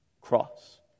cross